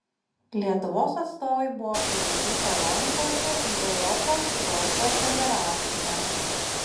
lietuvos atstovai buvo priimti salonikuose į europos golfo federaciją